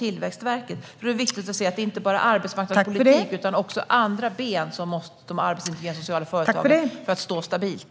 Det är viktigt att se att det inte bara behövs arbetsmarknadspolitik utan även andra ben för att de arbetsintegrerande sociala företagen ska stå stabilt.